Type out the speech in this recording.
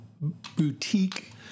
boutique